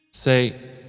Say